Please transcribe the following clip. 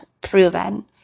proven